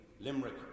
Limerick